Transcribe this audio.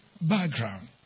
background